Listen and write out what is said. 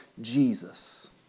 Jesus